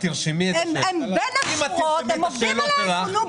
הם עובדים עלינו.